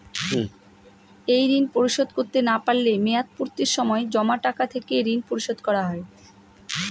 এই ঋণ পরিশোধ করতে না পারলে মেয়াদপূর্তির সময় জমা টাকা থেকে ঋণ পরিশোধ করা হয়?